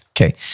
Okay